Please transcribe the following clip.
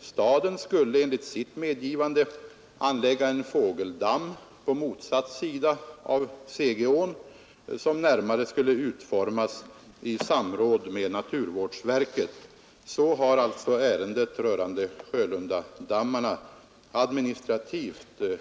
Staden skulle enligt sitt medgivande på motsatta sidan av Segeån anlägga en fågeldamm som skulle utformas närmare i samråd med naturvårdsverket. Så har alltså ärendet rörande Sjölundadammarna handlagts administrativt.